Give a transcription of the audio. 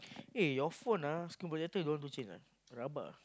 eh your phone ah screen protector don't want to change ah rabak ah